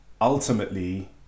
ultimately